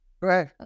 Right